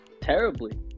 terribly